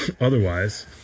Otherwise